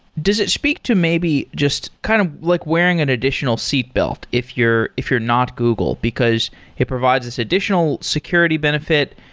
does it speak to maybe just kind of like wearing an additional seatbelt if you're if you're not google? because it provides this additional security benefit,